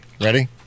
Ready